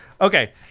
Okay